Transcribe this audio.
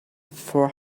four